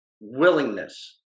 willingness